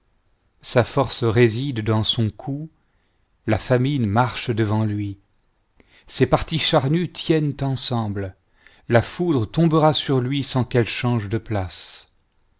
sa force réside dans son cou la famine marche devant lui ses parties charnues tiennent ensemble la foudre tombera sur lui sans qu'elles changent de place